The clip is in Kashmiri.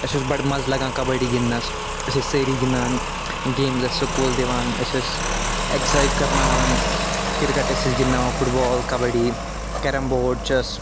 اسہِ اوس بَڑٕ مَزٕ لَگان کَبَڈی گِنٛدنَس أسۍ ٲسۍ سٲری گِنٛدان گیمٕز ٲسۍ سُکوٗل دِوان أسۍ ٲسۍ ایٚگزَرسایِز کرٕناوان کرکٹ ٲسۍ اسہِ گِنٛدناوان football kabaddi carrom board chess